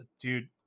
dude